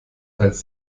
als